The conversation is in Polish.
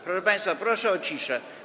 Proszę państwa, proszę o ciszę.